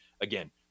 Again